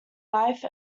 life